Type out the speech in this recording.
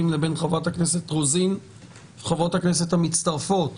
לבין חברת הכנסת רוזין וחברות הכנסת המצטרפות.